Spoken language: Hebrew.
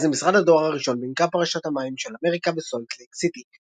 היה זה משרד הדואר הראשון בין קו פרשת המים של אמריקה וסולט לייק סיטי.